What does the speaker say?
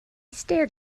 stared